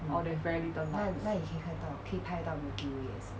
orh there's very little lights